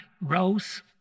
rose